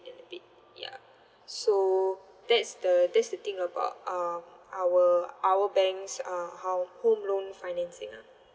and a bit ya so that's the that's the thing about um our our banks uh hou~ home loan financing ah